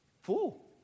Fool